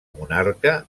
monarca